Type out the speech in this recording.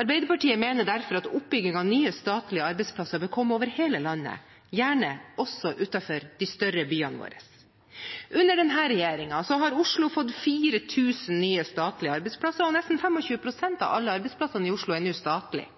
Arbeiderpartiet mener derfor at oppbygging av nye statlige arbeidsplasser bør komme over hele landet, gjerne også utenfor de større byene våre. Under denne regjeringen har Oslo fått 4 000 nye statlige arbeidsplasser, og nesten 25 pst. av alle arbeidsplassene i Oslo er nå statlige.